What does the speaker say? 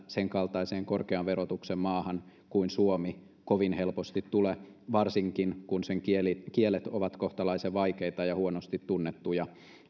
senkaltaiseen korkean verotuksen maahan kuin suomi kovin helposti tule varsinkin kun sen kielet ovat kohtalaisen vaikeita ja huonosti tunnettuja